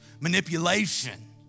manipulation